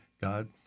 God